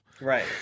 Right